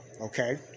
okay